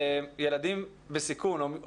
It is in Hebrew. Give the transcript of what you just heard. ילדים בסיכון,